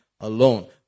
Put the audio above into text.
alone